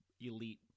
elite